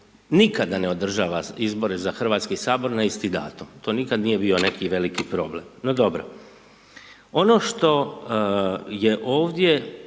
nikada ne održava izbori za HS na isti datum, to nikad nije bio neki veliki problem, no dobro. Ono što je ovdje,